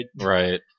Right